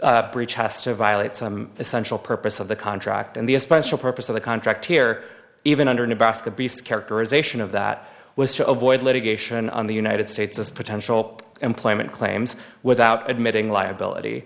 material breach has to violate some essential purpose of the contract and the a special purpose of the contract here even under nebraska beast characterization of that was to avoid litigation on the united states as potential employment claims without admitting liability